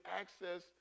access